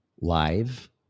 live